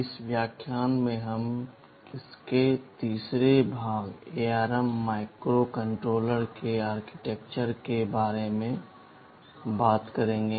इस व्याख्यान में हम इसके तीसरे भाग ARM माइक्रोकंट्रोलर के आर्किटेक्चर के बारे में बात करेंगे